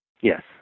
Yes